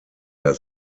der